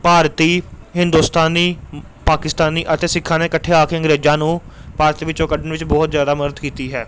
ਭਾਰਤੀ ਹਿੰਦੁਸਤਾਨੀ ਪਾਕਿਸਤਾਨੀ ਅਤੇ ਸਿੱਖਾਂ ਨੇ ਇਕੱਠੇ ਆ ਕੇ ਅੰਗਰੇਜ਼ਾਂ ਨੂੰ ਭਾਰਤ ਵਿੱਚੋਂ ਕੱਢਣ ਵਿੱਚ ਬਹੁਤ ਜ਼ਿਆਦਾ ਮਦਦ ਕੀਤੀ ਹੈ